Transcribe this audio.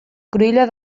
cruïlla